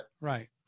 right